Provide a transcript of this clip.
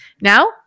Now